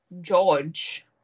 George